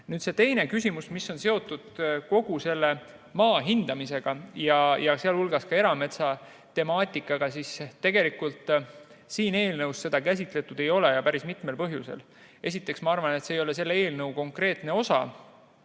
Nüüd teine küsimus, mis on seotud kogu selle maa hindamisega, sh erametsa temaatikaga. Tegelikult siin eelnõus seda käsitletud ei ole ja seda päris mitmel põhjusel. Esiteks ma arvan, et see ei ole selle eelnõu konkreetne teema.